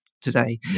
today